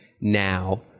now